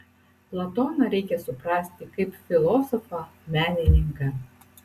platoną reikia suprasti kaip filosofą menininką